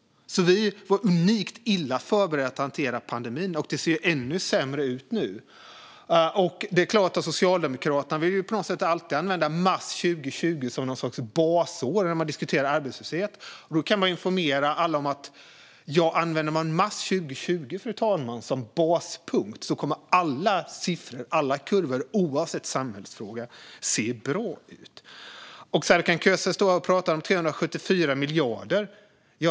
Vi var unikt illa förberedda på att hantera pandemin, och det ser ännu sämre ut nu. Socialdemokraterna vill på något sätt alltid använda mars 2020 som någon sorts baspunkt när man diskuterar arbetslöshet. Då kan jag informera alla om att använder man mars 2020 som baspunkt, fru talman, kommer alla siffror och kurvor oavsett samhällsfråga att se bra ut. Serkan Köse står här och pratar om 374 miljarder.